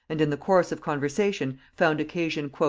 and in the course of conversation found occasion,